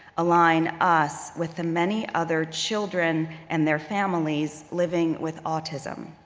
align us with the many other children and their families living with autism.